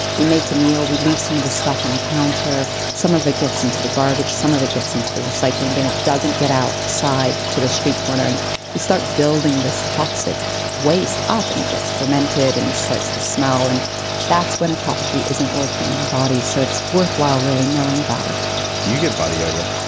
we make a meal. we leave some of the stuff on the counter. some of it gets into the garbage, some of it gets into the recycling bin, it doesn't get outside to the street corner and we start building this toxic waste up and it gets fermented and it starts to smell. and that's when autophagy isn't working in our body. so it's worthwhile really knowing about it do you get body odor?